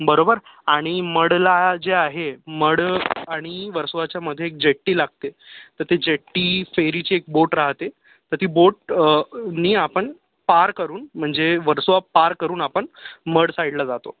बरोबर आणि मढला जे आहे मढ आणि वर्सोवाच्यामध्ये एक जेट्टी लागते तर ती जेट्टी फेरीची एक बोट राहते तर ती बोटनी आपण पार करून म्हणजे वर्सोवा पार करून आपण मढ साईडला जातो